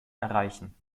erreichen